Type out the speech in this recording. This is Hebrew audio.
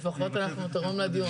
לפחות אנחנו תורמים לדיון.